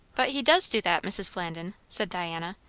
but he does do that, mrs. flandin, said diana.